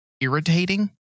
irritating